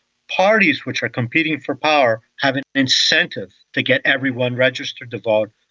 parties which are competing for power have an incentive to get everyone registered to vote,